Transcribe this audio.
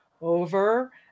over